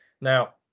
Now